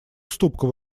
уступку